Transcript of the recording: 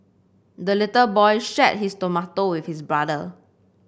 the little boy shared his tomato with his brother